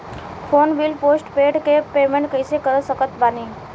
Phone bill postpaid के payment कैसे कर सकत बानी?